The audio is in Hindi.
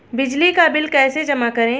बिजली का बिल कैसे जमा करें?